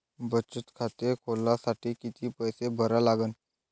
बचत खाते खोलासाठी किती पैसे भरा लागन?